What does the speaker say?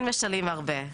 תִּקֵּן מְשָׁלִים הַרְבֵּה.